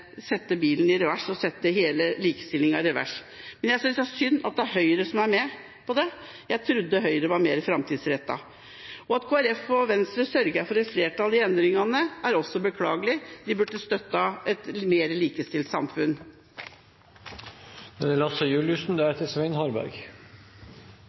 sette hele likestillingen i revers, og jeg synes det er synd at Høyre er med på det. Jeg trodde Høyre var mer framtidsrettet. At Kristelig Folkeparti og Venstre sørger for et flertall for endringene, er også beklagelig. De burde støttet et mer likestilt